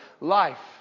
life